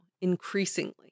increasingly